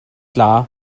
tla